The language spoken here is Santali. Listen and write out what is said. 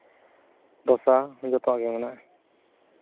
ᱰᱷᱳᱥᱟ ᱡᱚᱛᱚᱣᱟᱜ ᱜᱮ ᱢᱮᱱᱟᱜᱼᱟ